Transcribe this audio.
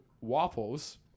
Waffles